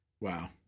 Wow